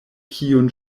kiun